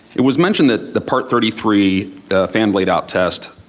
it was mentioned that the part thirty three fan blade out test